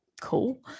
cool